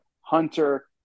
Hunter